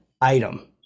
item